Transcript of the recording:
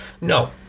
No